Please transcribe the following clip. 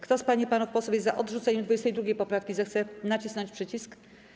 Kto z pań i panów posłów jest za odrzuceniem 22. poprawki, zechce nacisnąć przycisk.